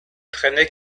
traînait